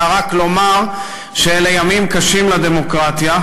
אלא רק לומר שאלה ימים קשים לדמוקרטיה.